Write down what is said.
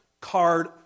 card